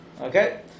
Okay